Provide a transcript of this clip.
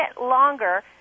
longer